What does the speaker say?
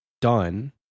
done